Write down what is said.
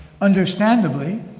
understandably